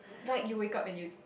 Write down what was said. like you wake up and you